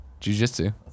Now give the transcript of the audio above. Jujitsu